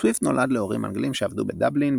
סוויפט נולד להורים אנגלים שעבדו בדבלין,